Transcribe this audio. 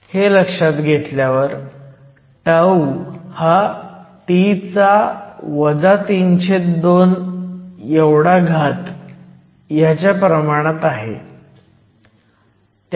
हे लक्षात घेतल्यावर τ हा T 32 च्या प्रमाणात आहे